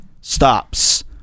stops